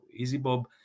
EasyBob